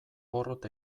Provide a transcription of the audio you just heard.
porrot